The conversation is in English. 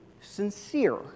sincere